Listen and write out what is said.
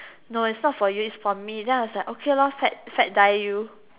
no it's not for you it's for me then I was like okay lor fat fat die you